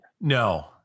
No